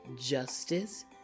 Justice